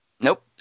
Nope